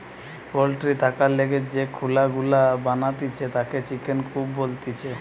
poultry থাকার লিগে যে খুলা গুলা বানাতিছে তাকে চিকেন কূপ বলতিছে